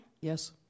yes